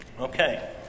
Okay